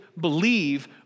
believe